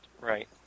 Right